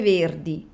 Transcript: Verdi